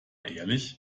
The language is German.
ehrlich